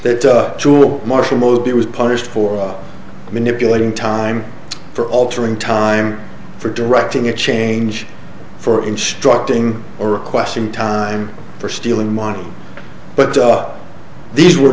that joel marshall moved it was punished for manipulating time for altering time for directing a change for instructing or a question time for stealing money but these were